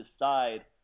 decide